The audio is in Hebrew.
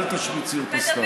ואל תשמיצי אותו סתם.